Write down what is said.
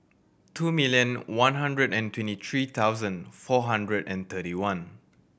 two million one hundred and twenty three thousand four hundred and thirty one